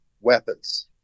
weapons